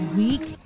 week